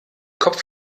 kopf